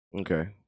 Okay